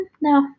no